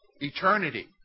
Eternity